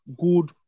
good